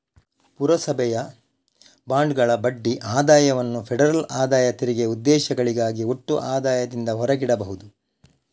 ಪುರಸಭೆಯ ಬಾಂಡುಗಳ ಬಡ್ಡಿ ಆದಾಯವನ್ನು ಫೆಡರಲ್ ಆದಾಯ ತೆರಿಗೆ ಉದ್ದೇಶಗಳಿಗಾಗಿ ಒಟ್ಟು ಆದಾಯದಿಂದ ಹೊರಗಿಡಬಹುದು